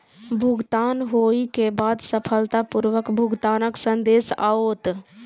भुगतान होइ के बाद सफलतापूर्वक भुगतानक संदेश आओत